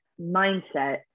mindset